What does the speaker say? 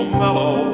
mellow